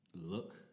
look